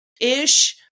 ish